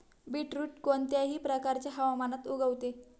beetroot कोणत्याही प्रकारच्या हवामानात उगवते